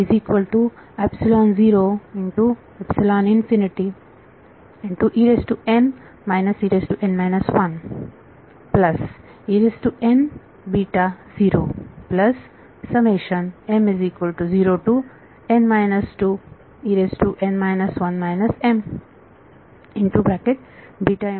विद्यार्थी